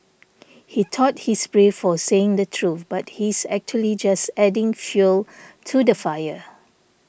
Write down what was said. he thought he's brave for saying the truth but he's actually just adding fuel to the fire